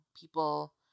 people